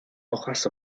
hojas